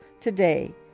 today